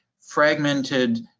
fragmented